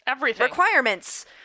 requirements